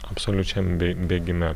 absoliučiam bė bėgime